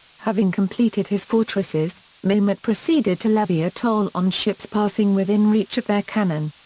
having completed his fortresses, mehmet proceeded to levy a toll on ships passing within reach of their cannon.